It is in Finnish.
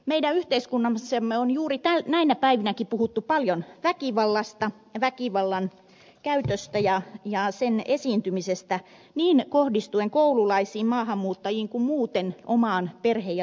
meidän yhteiskunnassamme on juuri näinä päivinäkin puhuttu paljon väkivallasta väkivallan käytöstä ja sen esiintymisestä kohdistuen niin koululaisiin maahanmuuttajiin kuin muuten omaan perhe ja lähipiiriin